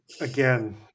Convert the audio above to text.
Again